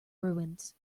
ruins